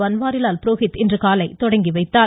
பன்வாரிலால் புரோஹித் இன்றுகாலை தொடங்கி வைத்தார்